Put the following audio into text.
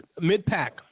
mid-pack